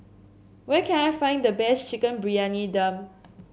where can I find the best Chicken Briyani Dum